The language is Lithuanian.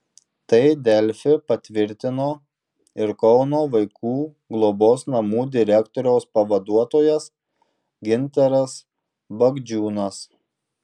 tai delfi patvirtino ir kauno vaikų globos namų direktoriaus pavaduotojas gintaras bagdžiūnas